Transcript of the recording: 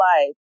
life